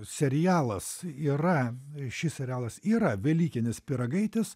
serialas yra šis serialas yra velykinis pyragaitis